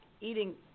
eating